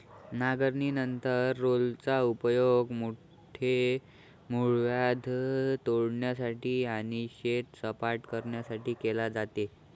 नांगरणीनंतर रोलरचा उपयोग मोठे मूळव्याध तोडण्यासाठी आणि शेत सपाट करण्यासाठी केला जातो